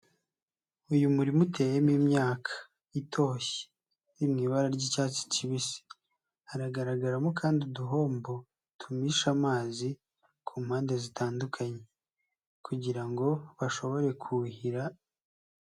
Uyu murima uteyemo imyaka, itoshye iri mu ibara ry'icyatsi kibisi, haragaragaramo kandi uduhombo tumisha amazi ku mpande zitandukanye kugira ngo bashobore kuhira.